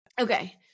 Okay